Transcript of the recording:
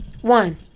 One